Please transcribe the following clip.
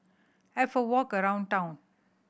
have a walk around town